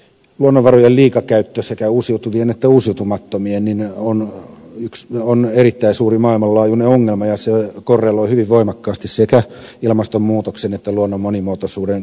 luonnonvarojen liikakäyttö sekä uusiutuvien että uusiutumattomien on erittäin suuri maailmanlaajuinen ongelma ja se korreloi hyvin voimakkaasti sekä ilmastonmuutoksen että luonnon monimuotoisuuden kapenemisen kanssa